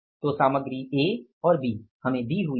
तो सामग्री ए और बी हमें दी हुई है